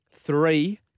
three